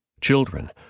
Children